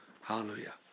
Hallelujah